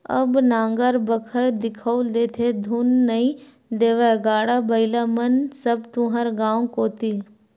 अब नांगर बखर दिखउल देथे धुन नइ देवय गाड़ा बइला मन सब तुँहर गाँव कोती